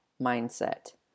mindset